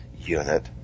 unit